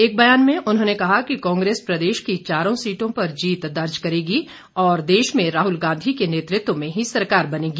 एक बयान में उन्होंने कहा कि कांग्रेस प्रदेश की चारों सीटों पर जीत दर्ज करेगी और देश में राहुल गांधी के नेतृत्व में ही सरकार बनेगी